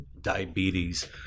diabetes